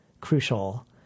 crucial